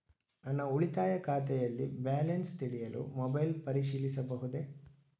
ನನ್ನ ಉಳಿತಾಯ ಖಾತೆಯಲ್ಲಿ ಬ್ಯಾಲೆನ್ಸ ತಿಳಿಯಲು ಮೊಬೈಲ್ ಪರಿಶೀಲಿಸಬಹುದೇ?